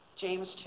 James